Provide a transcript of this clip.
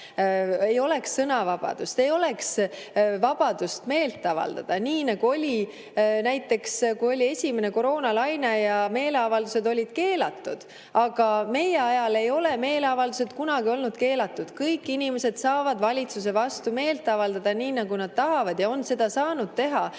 Ei oleks sõnavabadust, ei oleks vabadust meelt avaldada, nii nagu oli näiteks siis, kui oli esimene koroonalaine ja meeleavaldused olid keelatud. Aga meie ajal ei ole meeleavaldused kunagi olnud keelatud. Kõik inimesed saavad valitsuse vastu meelt avaldada nii, nagu nad tahavad, ja on seda saanud teha.